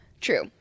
True